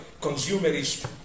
consumerist